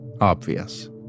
obvious